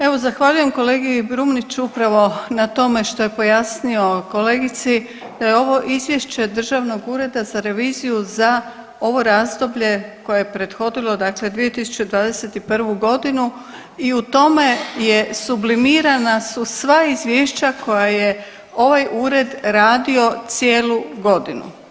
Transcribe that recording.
Evo zahvaljujem kolegi Brumniću upravo na tome što je pojasnio kolegici da je ovo Izvješće Državnog ureda za reviziju za ovo razdoblje koje je prethodilo, dakle 2021. g. i u tome je sublimirana su sva izvješća koja je ovaj Ured radio cijelu godinu.